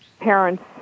parents